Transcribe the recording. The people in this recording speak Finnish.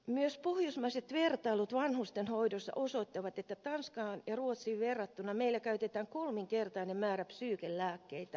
myös pohjoismaiset vertailut vanhustenhoidossa osoittavat että tanskaan ja ruotsiin verrattuna meillä käytetään kolminkertainen määrä psyykenlääkkeitä